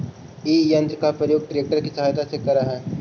इ यन्त्र के प्रयोग ट्रेक्टर के सहायता से करऽ हई